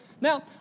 Now